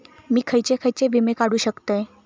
मी खयचे खयचे विमे काढू शकतय?